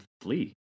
flee